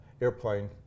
airplane